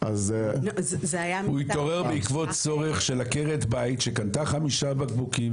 הוא התעורר בעקבות צורך של עקרת בית שקנתה חמישה בקבוקים